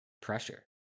pressure